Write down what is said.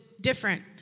different